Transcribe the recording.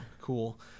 cool